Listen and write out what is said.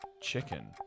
Chicken